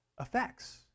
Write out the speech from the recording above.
effects